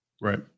Right